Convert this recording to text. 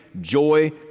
joy